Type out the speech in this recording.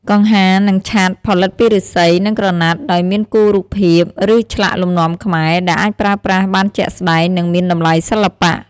កង្ហារ និងឆ័ត្រ ផលិតពីឫស្សី និងក្រណាត់ ដោយមានគូរូបភាព ឬឆ្លាក់លំនាំខ្មែរ ដែលអាចប្រើប្រាស់បានជាក់ស្តែង និងមានតម្លៃសិល្បៈ។